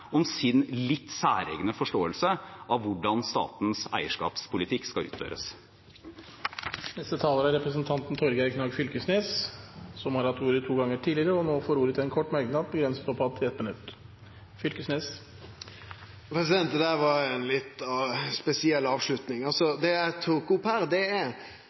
om sin litt særegne forståelse av hvordan statens eierskapspolitikk skal utføres. Representanten Torgeir Knag Fylkesnes har hatt ordet to ganger tidligere og får ordet til en kort merknad, begrenset til 1 minutt. Det der var ei litt spesiell avslutning. Det eg tok opp her, er at det kan hende at Hydros aktivitet i Brasil er